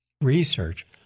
research